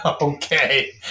Okay